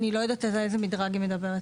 אני לא יודעת על איזה מדרג היא מדברת,